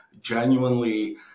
genuinely